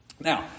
Now